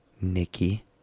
Nikki